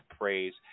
praise